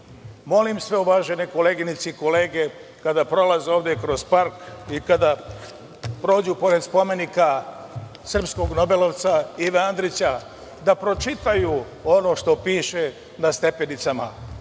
Molim sve uvažene koleginice i kolege kada prolaze ovde kroz park i kada prođu pored spomenika srpskog nobelovca Ive Andrića da pročitaju ono što piše na stepenicama,